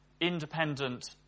independent